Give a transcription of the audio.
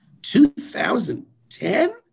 2010